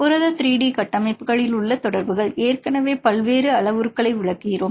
புரத 3D கட்டமைப்புகளில் உள்ள தொடர்புகள் ஏற்கனவே பல்வேறு அளவுருக்களை விளக்குகிறோம்